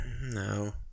no